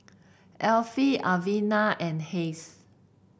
Affie Elvina and Hays